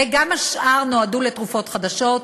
וגם השאר נועדו לתרופות חדשות.